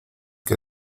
que